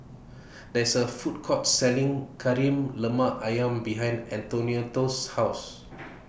There IS A Food Court Selling Kari Lemak Ayam behind Antionette's House